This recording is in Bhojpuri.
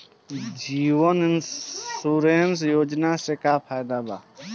जीवन इन्शुरन्स योजना से का फायदा बा?